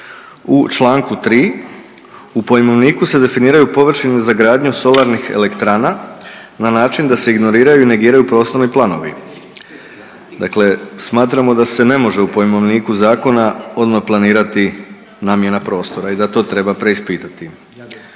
U čl. 3 u pojmovniku se definiraju površine za gradnju solarnih elektrana na način da se ignoriraju i negiraju prostorni planovi. Dakle smatramo da se ne može u pojmovniku zakona odmah planirati namjena prostora i da to treba preispitati.